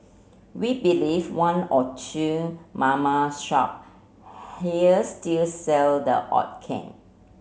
we believe one or two mama shop here still sell the odd can